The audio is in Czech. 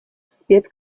zpět